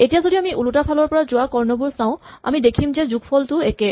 এতিয়া যদি আমি ওলোটা ফালৰ যোৱা কৰ্ণবোৰ চাওঁ আমি দেখিম যে যোগফলটো ও একে